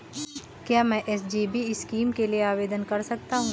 क्या मैं SGB scheme के लिए आवेदन कर सकता हूँ?